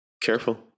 Careful